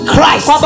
Christ